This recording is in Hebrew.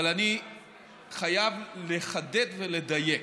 אבל חייבים לחדד ולדייק: